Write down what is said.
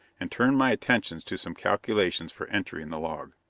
and turned my attentions to some calculations for entry in the log.